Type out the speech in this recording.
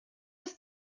ist